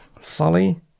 Sully